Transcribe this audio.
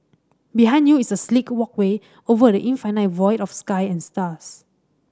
behind you is a sleek walkway over the infinite void of sky and stars